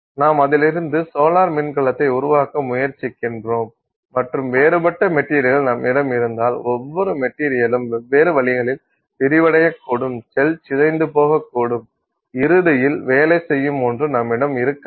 நாம் அதிலிருந்து சோலார் மின்கலத்தை உருவாக்க முயற்சிக்கிறோம் மற்றும் வேறுபட்ட மெட்டீரியல்கள் நம்மிடம் இருந்தால் ஒவ்வொரு மெட்டீரியலும் வெவ்வேறு வழியில் விரிவடையக்கூடும் செல் சிதைந்து போகக்கூடும் இறுதியில் வேலை செய்யும் ஒன்று நம்மிடம் இருக்காது